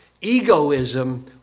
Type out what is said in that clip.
egoism